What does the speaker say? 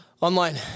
online